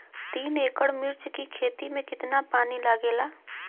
तीन एकड़ मिर्च की खेती में कितना पानी लागेला?